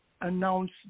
announce